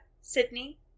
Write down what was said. Sydney